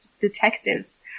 detectives